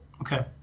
Okay